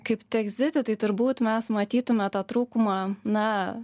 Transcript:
kaip tekziti tai turbūt mes matytume tą trūkumą na